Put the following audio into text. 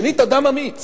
שנית, אדם אמיץ,